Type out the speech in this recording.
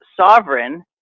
sovereign